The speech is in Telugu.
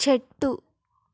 చెట్టు